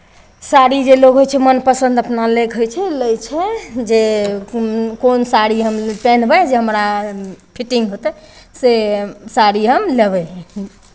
साड़ी जे लोक होइ छै मनपसन्द लोक अपना लैके होइ छै लै छै जे कोन साड़ी हम पेन्हबै जे हमरा फिटिंग होतै से साड़ी हम लेबै